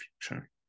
future